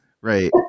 Right